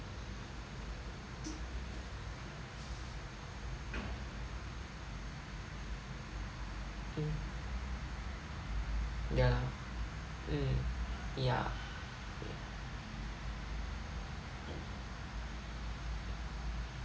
mm ya mm ya